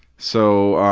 so,